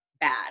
bad